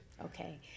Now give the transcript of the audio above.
Okay